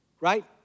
Right